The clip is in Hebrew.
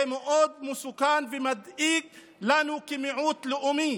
זה מאוד מסוכן ומדאיג לנו כמיעוט לאומי.